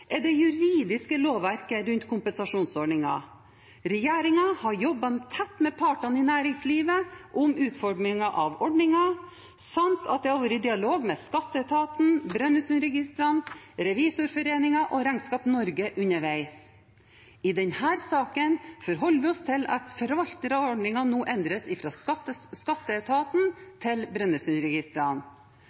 er det juridiske lovverket rundt kompensasjonsordningen. Regjeringen har jobbet tett med partene i næringslivet om utformingen av ordningen samt at det har vært dialog med skatteetaten, Brønnøysundregistrene, Revisorforeningen og Regnskap Norge underveis. I denne saken forholder vi oss til at forvalter av ordningen nå endres fra skatteetaten til